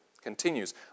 continues